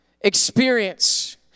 experience